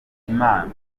imana